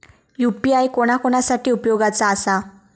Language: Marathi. यू.पी.आय कोणा कोणा साठी उपयोगाचा आसा?